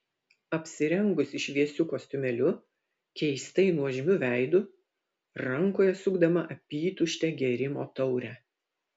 apsirengusi šviesiu kostiumėliu keistai nuožmiu veidu rankoje sukdama apytuštę gėrimo taurę